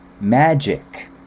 magic